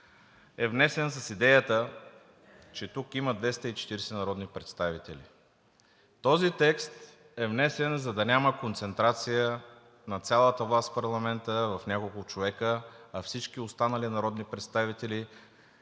е внесен с идеята, че тук има 240 народни представители. Този текст е внесен, за да няма концентрация на цялата власт в парламента в няколко човека, а всички останали народни представители